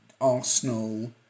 Arsenal